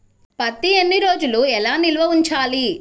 పత్తి ఎన్ని రోజులు ఎలా నిల్వ ఉంచాలి?